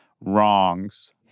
wrongs